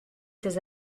ses